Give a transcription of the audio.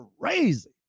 crazy